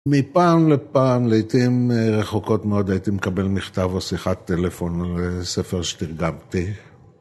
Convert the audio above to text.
מפעם לפעם, לעיתים רחוקות מאוד, הייתי מקבל מכתב או שיחת טלפון לספר שתרגמתי.